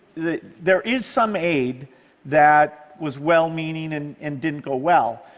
there is some aid that was well-meaning and and didn't go well.